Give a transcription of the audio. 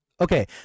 Okay